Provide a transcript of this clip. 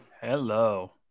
hello